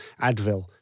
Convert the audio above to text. Advil